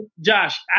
Josh